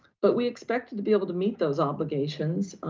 but we expected to be able to meet those obligations